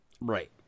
Right